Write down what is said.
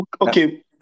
Okay